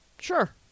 Sure